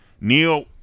Neil